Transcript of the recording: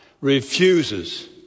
refuses